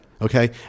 Okay